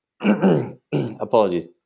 apologies